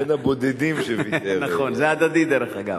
בין הבודדים שוויתר, נכון, זה הדדי, דרך אגב.